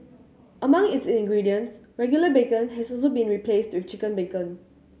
among its ingredients regular bacon has also been replaced with chicken bacon